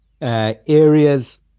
areas